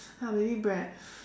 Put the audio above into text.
ya maybe bread